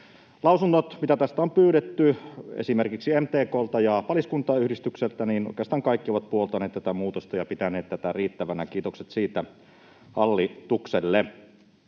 lausunnot, mitä tästä on pyydetty esimerkiksi MTK:lta ja Paliskuntain yhdistykseltä, ovat puoltaneet tätä muutosta ja pitäneet tätä riittävänä. Kiitokset siitä hallitukselle.